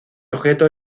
objeto